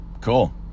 Cool